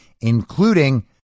including